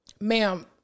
ma'am